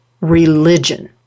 religion